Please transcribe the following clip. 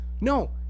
No